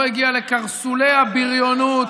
לקרסולי הבריונות,